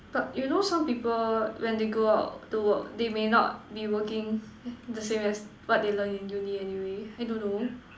but you know some people when they go out to work they may not be working the same as what they learn in Uni anyway I don't know